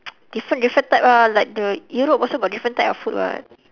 different different type lah like the europe also got different type of food [what]